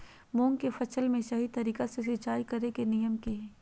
मूंग के फसल में सही तरीका से सिंचाई करें के नियम की हय?